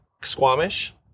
Squamish